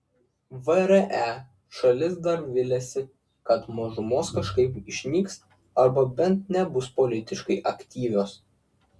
vre šalis dar viliasi kad mažumos kažkaip išnyks arba bent nebus politiškai aktyvios